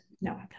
No